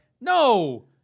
no